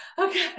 okay